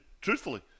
truthfully